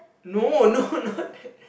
no no not that